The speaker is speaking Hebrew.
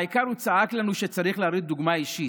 העיקר הוא צעק לנו שצריך להראות דוגמה אישית.